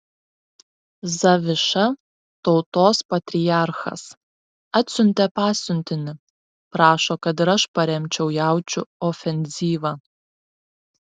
zaviša tautos patriarchas atsiuntė pasiuntinį prašo kad ir aš paremčiau jaučių ofenzyvą